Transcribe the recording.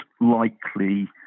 likely